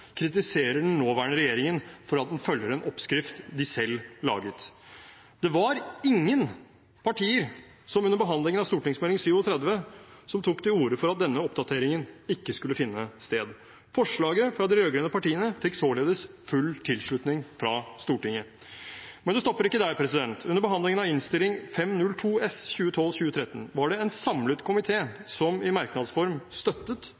kritiserer den nåværende regjeringen for at den følger en oppskrift de selv laget. Det var ingen partier som under behandlingen av Meld. St. 37 tok til orde for at denne oppdateringen ikke skulle finne sted. Forslaget fra de rød-grønne partiene fikk således full tilslutning fra Stortinget. Men det stopper ikke der. Under behandlingen av Innst. 502 S for 2012–2013 var det en samlet komité som i merknads form støttet